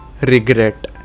regret